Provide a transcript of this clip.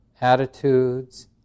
attitudes